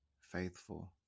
faithful